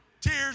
Tears